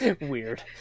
Weird